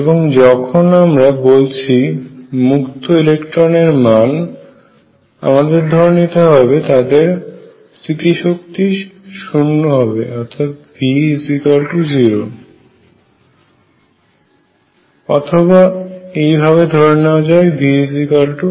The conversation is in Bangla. এবং যখন আমরা বলছি মুক্ত ইলেকট্রন এর মানে আমাদের ধরে নিতে হবে তাদের স্থিতিশক্তি V0 অথবা একইভাবে ধরে নেওয়া যায় Vconstant